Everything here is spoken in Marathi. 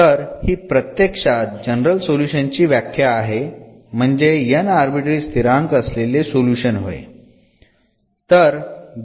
तर हि प्रत्यक्षात जनरल सोल्युशन ची व्याख्या आहे म्हणजेच n आर्बिट्ररी स्थिरांक असलेले सोल्युशन होय